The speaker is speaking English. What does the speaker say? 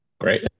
Great